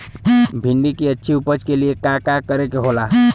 भिंडी की अच्छी उपज के लिए का का करे के होला?